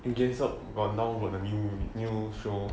it game up got the new unit got the new new show